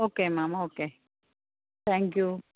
okay ma'am okay thank you